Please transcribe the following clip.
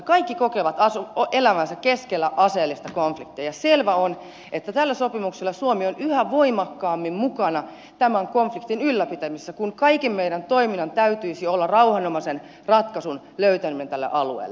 kaikki kokevat elävänsä keskellä aseellista konf liktia ja selvä on että tällä sopimuksella suomi on yhä voimakkaammin mukana tämän konfliktin ylläpitämisessä kun kaiken meidän toimintamme tavoite täytyisi olla rauhanomaisen ratkaisun löytäminen tälle alueelle